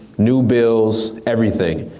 new builds, everything.